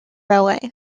ballet